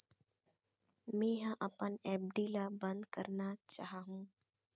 मेंहा अपन एफ.डी ला बंद करना चाहहु